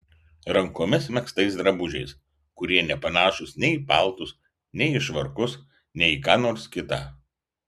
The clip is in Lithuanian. rankomis megztais drabužiais kurie nepanašūs nei į paltus nei į švarkus nei į ką nors kita